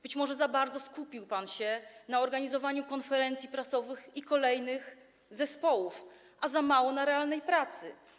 Być może za bardzo skupił się pan na organizowaniu konferencji prasowych i kolejnych zespołów, a za mało na realnej pracy.